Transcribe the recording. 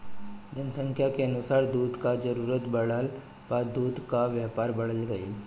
जनसंख्या के अनुसार दूध कअ जरूरत बढ़ला पअ दूध कअ व्यापार बढ़त गइल